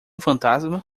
fantasma